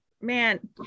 Man